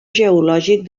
geològic